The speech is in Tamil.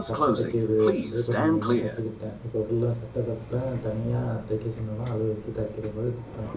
சட்டை தைக்கிறது அப்படியே கொஞ்சம் கொஞ்சமா கற்றுக்கிட்டேன் இப்போ ஃபுல்லாக சட்டை தைப்பேன் தனியாக தைக்க சொன்னாலும் அளவு எடுத்து தைக்கிற மாதிரி தைப்பேன்